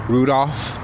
Rudolph